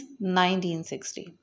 1960